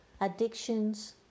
addictions